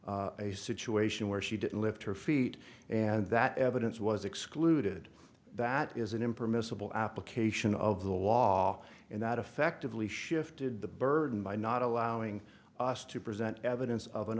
had a situation where she didn't lift her feet and that evidence was excluded that is an impermissible application of the law and that effectively shifted the burden by not allowing us to present evidence of an